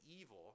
evil